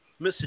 Mr